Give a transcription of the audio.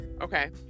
Okay